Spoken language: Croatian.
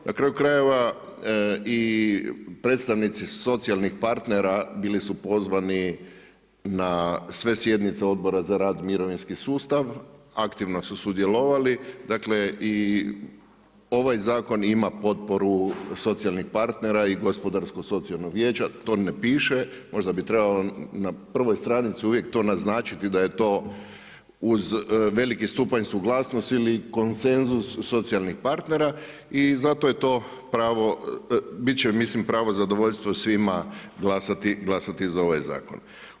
Na kraju krajeva, i predstavnici socijalnih partnera bili su pozvani na sve sjednice Odbora za rad, mirovinski sustav, aktivno su sudjelovali, dakle i ovaj zakon ima potporu socijalnih partnera i Gospodarskog-socijalnog vijeća, to ne piše, možda bi trebalo na prvoj stranici uvijek to naznačiti da je to uz veliki stupanj suglasnosti ili konsenzus socijalnih partnera i zato je to pravo, bit će mislim, pravo zadovoljstvo svima glasati za ovaj zakon.